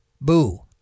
boo